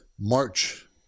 March